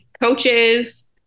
coaches